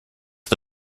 for